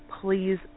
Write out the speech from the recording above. please